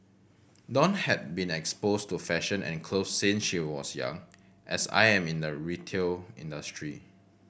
dawn had been exposed to fashion and clothes since she was young as I am in the retail industry